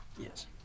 Yes